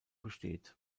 besteht